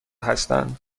هستند